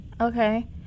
Okay